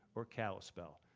or kalispell,